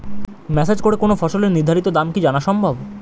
Message করে কোন ফসলের নির্ধারিত দাম কি জানা সম্ভব?